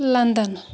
London